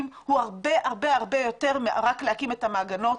הוא הרבה יותר מאשר רק להקים את המעגנות.